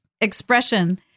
expression